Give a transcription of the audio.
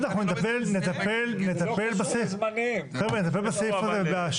בסדר, אנחנו נטפל בסעיף הזה.